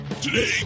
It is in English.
Today